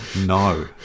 No